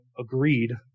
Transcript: agreed